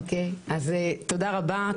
תודה רבה,